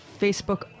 Facebook